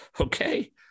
Okay